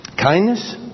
Kindness